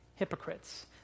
hypocrites